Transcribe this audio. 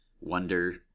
wonder